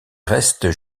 restent